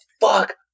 fuck